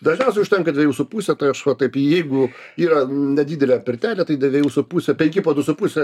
dažniausiai užtenka dviejų su puse tai aš va taip jeigu yra nedidelė pirtelė tai su puse penki po du su puse